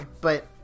but-